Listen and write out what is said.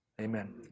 amen